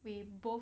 we both